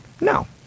No